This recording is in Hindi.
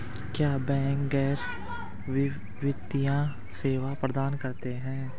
क्या बैंक गैर वित्तीय सेवाएं प्रदान करते हैं?